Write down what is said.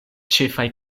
ĉefaj